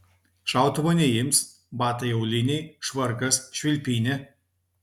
šautuvo neims batai auliniai švarkas švilpynė